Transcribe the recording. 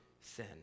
sin